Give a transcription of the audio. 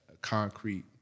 concrete